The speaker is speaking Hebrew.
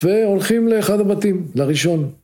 והולכים לאחד הבתים, לראשון